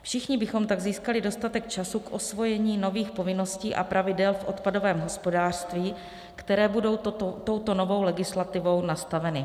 Všichni bychom tak získali dostatek času k osvojení nových povinností a pravidel v odpadovém hospodářství, které budou touto novou legislativou nastaveny.